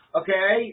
okay